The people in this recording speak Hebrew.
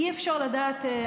אי-אפשר לדעת,